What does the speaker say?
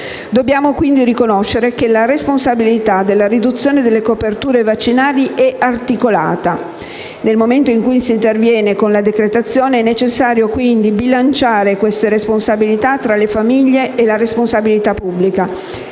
Dobbiamo quindi riconoscere che la responsabilità della riduzione delle coperture vaccinali è articolata. Nel momento in cui si interviene con la decretazione è necessario quindi bilanciare queste responsabilità tra le famiglie e la parte pubblica.